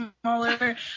smaller